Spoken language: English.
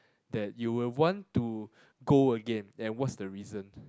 that you will want to go again and what's the reason